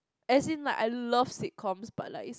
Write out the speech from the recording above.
as in like I love sitcoms but like is